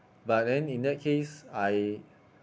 but then in that case I